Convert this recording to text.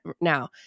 now